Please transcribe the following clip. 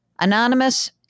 Anonymous